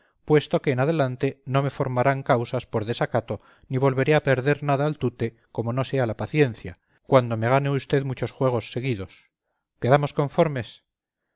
puesto que en adelante no me formarán causas por desacato ni volveré a perder nada al tute como no sea la paciencia cuando me gane usted muchos juegos seguidos quedamos conformes